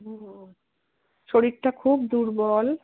ও শরীরটা খুব দুর্বল